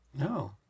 no